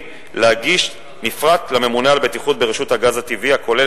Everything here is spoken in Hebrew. להגיש לממונה על הבטיחות ברשות הגז הטבעי מפרט הכולל,